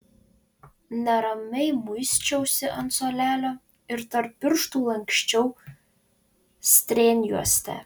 neramiai muisčiausi ant suolelio ir tarp pirštų lanksčiau strėnjuostę